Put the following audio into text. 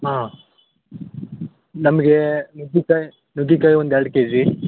ಹಾಂ ನಮಗೆ ನುಗ್ಗಿಕಾಯಿ ನುಗ್ಗಿಕಾಯಿ ಒಂದು ಎರಡು ಕೆ ಜಿ